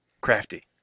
Crafty